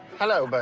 hello, but